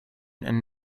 and